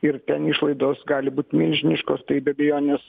ir ten išlaidos gali būt milžiniškos tai be abejonės